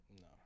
No